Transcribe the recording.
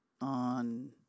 on